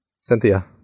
Cynthia